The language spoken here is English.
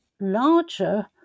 larger